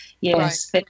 Yes